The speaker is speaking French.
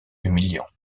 humiliant